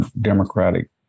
democratic